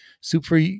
super